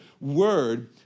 word